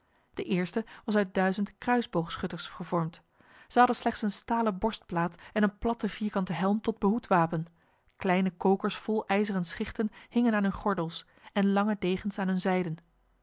de eerste was uit duizend kruisboogschutters gevormd zij hadden slechts een stalen borstplaat en een platte vierkante helm tot behoedwapen kleine kokers vol ijzeren schichten hingen aan hun gordels en lange degens aan hun zijden